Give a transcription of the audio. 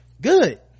Good